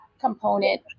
component